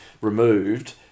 removed